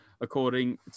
according